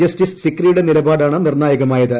justice സിക്രിയുടെ നിലപാടാണ് നിർണായകമായത്